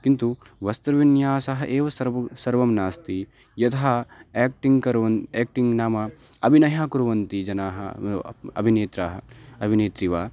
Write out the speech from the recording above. किन्तु वस्त्रविन्यासः एव सर्वं सर्वं नास्ति यथा याक्टिङ्ग् कुर्वन् याक्टिङ्ग् नाम अभिनयः कुर्वन्ति जनाः अभिनेतारः अभिनेत्री वा